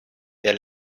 der